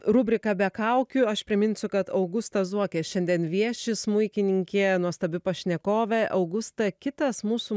rubriką be kaukių aš priminsiu kad augusta zuokė šiandien vieši smuikininkė nuostabi pašnekovė augusta kitas mūsų